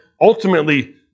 Ultimately